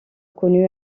connue